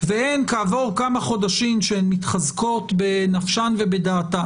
והן כעבור כמה חודשים שהן מתחזקות בנפשן ובדעתן,